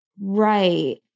Right